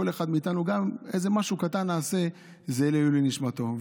אחד מאיתנו יעשה משהו קטן לעילוי נשמתו.